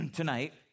Tonight